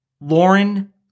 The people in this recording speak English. Lauren